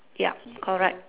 ya correct